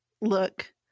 look